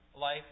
life